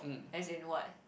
as in what